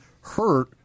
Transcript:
hurt